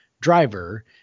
driver